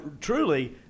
truly